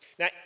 Now